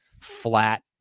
flat